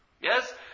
Yes